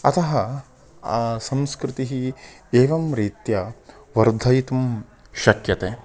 अतः संस्कृतिः एवं रीत्या वर्धयितुं शक्यते